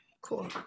cool